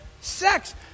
sex